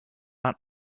not